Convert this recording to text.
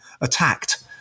attacked